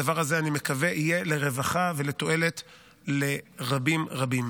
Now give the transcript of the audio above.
אני מקווה שהדבר הזה יהיה לרווחה ולתועלת לרבים רבים.